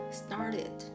started